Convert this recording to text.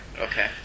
Okay